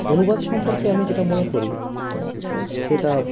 অনুবাদ সম্পর্কে আমি যেটা মনে করি সেটা